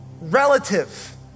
relative